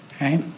right